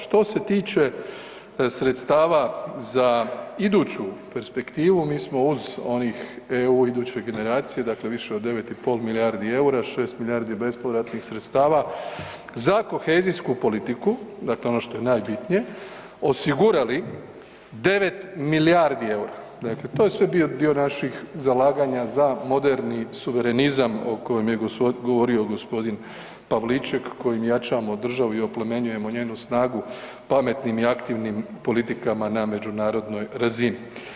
Što se tiče sredstava za iduću perspektivu mi smo uz onih EU iduće generacije dakle više od 9,5 milijardi EUR-a, 6 milijardi bespovratnih sredstava za kohezijsku politiku, dakle ono što je najbitnije osigurali 9 milijardi EUR-a, dakle to je sve bio dio naših zalaganja za moderni suverenizam o kojem je govorio g. Pavliček kojim jačamo državu i oplemenjujemo njenu snagu pametnim i aktivnim politikama na međunarodnoj razini.